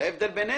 זה ההבדל בינינו.